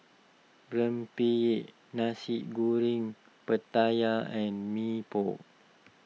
Rempeyek Nasi Goreng Pattaya and Mee Pok